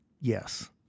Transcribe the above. yes